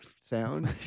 sound